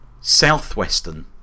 Southwestern